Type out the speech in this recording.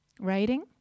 Writing